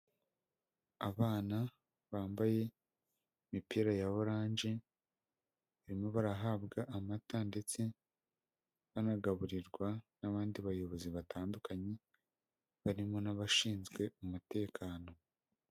Abana bambaye imipira ya oranje, barimo barahabwa amata ndetse banagaburirwa n'abandi bayobozi batandukanye barimo n'abashinzwe umutekano.